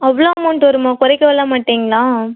அவ்வளோ அமௌண்ட் வருமா குறைக்கல்லாம் மாட்டிங்களா